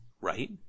right